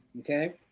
Okay